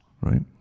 Right